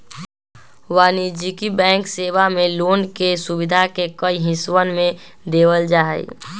वाणिज्यिक बैंक सेवा मे लोन के सुविधा के कई हिस्सवन में देवल जाहई